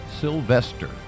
Sylvester